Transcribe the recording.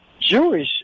Jewish